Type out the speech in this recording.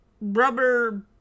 rubber